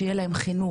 שיהיה להם חינוך,